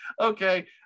okay